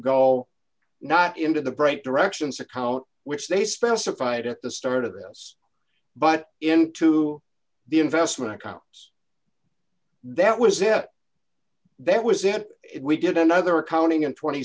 go not into the break directions account which they specified at the start of the us but into the investment accounts that was it that was it we did another accounting